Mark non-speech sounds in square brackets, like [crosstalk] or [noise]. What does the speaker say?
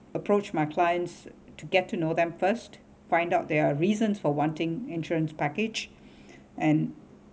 approach my clients to get to know them first find out there are reasons for wanting insurance package [breath] and